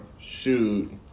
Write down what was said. Shoot